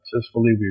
successfully